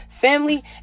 Family